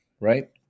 right